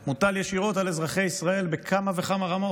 מוטל ישירות על אזרחי ישראל בכמה וכמה רמות.